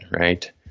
right